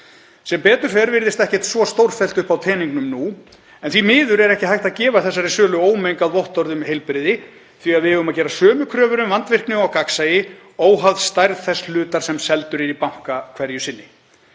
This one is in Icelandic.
Sem betur fer virðist ekkert svo stórfellt uppi á teningnum nú en því miður er ekki hægt að gefa þessari sölu ómengað vottorð um heilbrigði því að við eigum að gera sömu kröfur um vandvirkni og gagnsæi óháð stærð þess hluta sem seldur er í banka hverju sinni.